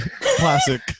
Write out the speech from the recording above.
classic